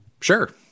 Sure